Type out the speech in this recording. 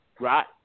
right